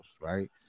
right